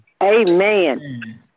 Amen